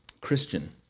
Christian